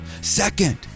Second